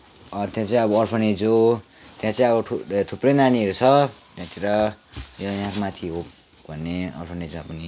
orphanage हो त्यहाँ चाहिँ अब थु थुप्रै नानीहरू छ यहाँ माथि होप भन्ने अर्फेनेजमा पनि